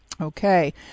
Okay